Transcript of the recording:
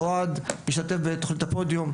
אהוד השתתף בתכנית הפודיום.